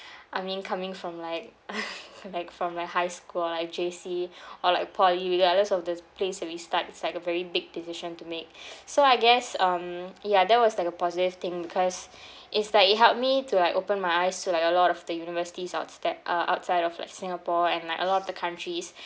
I mean coming from like like from a high school or like J_C or like poly regardless of this place that we start it's like a very big decision to make so I guess um ya that was like a positive thing because it's like it helped me to like open my eyes to like a lot of the universities out s~ there uh outside of like singapore and like a lot of the countries